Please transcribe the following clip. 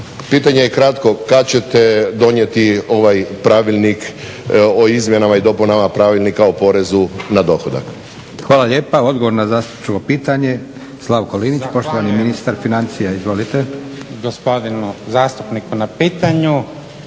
pitanje je kratko, kad ćete donijeti ovaj Pravilnik o izmjenama i dopunama Pravilnika o porezu na dohodak? **Leko, Josip (SDP)** Hvala lijepa. Odgovor na zastupničko pitanje, Slavko Linić poštovani ministar financija. Izvolite. **Linić, Slavko